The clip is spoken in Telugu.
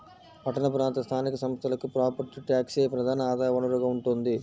పట్టణ ప్రాంత స్థానిక సంస్థలకి ప్రాపర్టీ ట్యాక్సే ప్రధాన ఆదాయ వనరుగా ఉంటోంది